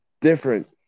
different